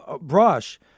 brush